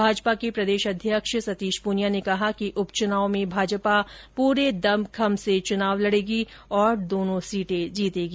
भाजपा के प्रदेश अध्यक्ष सतीश पूनिया ने कहा कि उपचुनाव में भाजपा पूरे दमखम से चुनाव लडेगी और दोनों सीटें जीतेगी